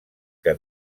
que